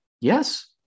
Yes